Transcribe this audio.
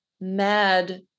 mad